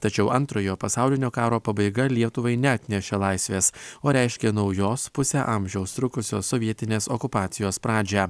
tačiau antrojo pasaulinio karo pabaiga lietuvai neatnešė laisvės o reiškė naujos pusę amžiaus trukusios sovietinės okupacijos pradžią